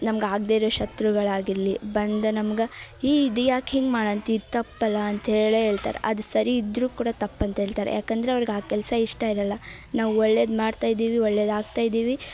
ನಮ್ಗೆ ಆಗದೇ ಇರೋ ಶತ್ರುಗಳಾಗಿರಲಿ ಬಂದು ನಮ್ಗೆ ಏ ಇದ್ಯಾಕೆ ಹಿಂಗೆ ಮಾಡಂತಿ ಇದು ತಪ್ಪಲ್ಲಾ ಅಂತ ಹೇಳೆ ಹೇಳ್ತಾರೆ ಅದು ಸರಿಯಿದ್ದರೂ ಕೂಡ ತಪ್ಪಂತ ಹೇಳ್ತಾರೆ ಯಾಕಂದರೆ ಅವ್ರ್ಗೆ ಆ ಕೆಲಸ ಇಷ್ಟ ಇರಲ್ಲ ನಾವು ಒಳ್ಳೆಯದು ಮಾಡ್ತಾ ಇದ್ದೀವಿ ಒಳ್ಳೆದಾಗ್ತಾ ಇದ್ದೀವಿ